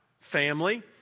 family